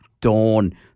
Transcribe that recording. dawn